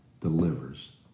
delivers